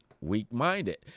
weak-minded